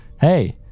hey